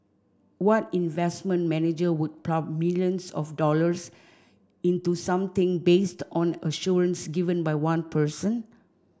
what investment manager would plough millions of dollars into something based on assurance given by one person